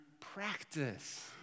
practice